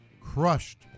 crushed